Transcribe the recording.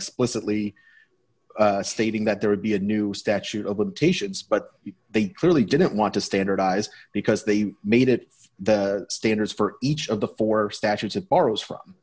explicitly stating that there would be a new statute of limitations but they truly didn't want to standardize because they made it the standards for each of the four statutes it borrows from